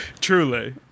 truly